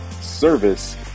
service